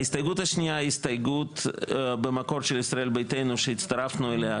ההסתייגות השנייה היא הסתייגות במקור של ישראל ביתנו שהצטרפנו אליה,